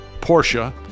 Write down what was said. Porsche